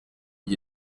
iki